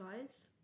guys